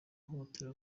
uhohotera